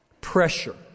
pressure